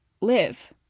live